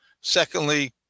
Secondly